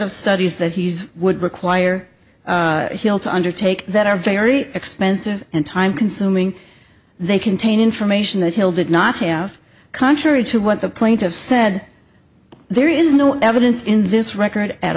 of studies that he's would require hill to undertake that are very expensive and time consuming they contain information that hill did not have contrary to what the plaintiffs said there is no evidence in this record at